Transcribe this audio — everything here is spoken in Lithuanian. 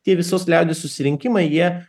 tie visos liaudies susirinkimai jie